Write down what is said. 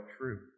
true